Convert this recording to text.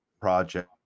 project